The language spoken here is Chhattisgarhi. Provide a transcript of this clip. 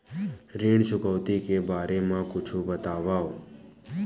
ऋण चुकौती के बारे मा कुछु बतावव?